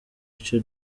icyo